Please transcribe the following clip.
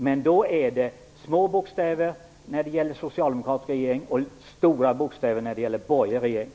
Men små bokstäver gäller tydligen när det är en socialdemokratisk regering, och stora bokstäver gäller när det är en borgerlig regering.